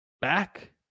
back